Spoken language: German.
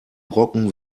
brocken